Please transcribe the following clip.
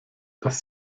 das